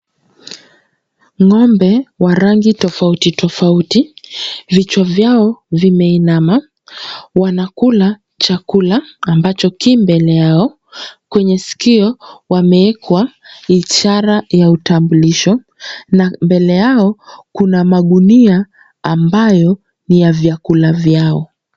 Ng'ombe wa rangi tofauti tofauti, vichwa vyao vimeinama. Wanakula chakula ambacho ki mbele yao. Kwenye sikio wameekwa ishara ya utambulisho. Na mbele yao, kuna magunia ambayo ni ya vyakula vyao.